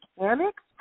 mechanics